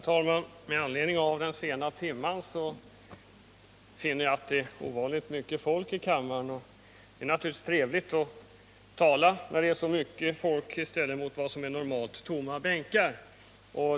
Herr talman! Trots den sena timmen finner jag att det är ovanligt mycket folk i kammaren. Det är naturligtvis trevligt att tala när så många är närvarande i stället för — vad som är normalt — inför tomma bänkar.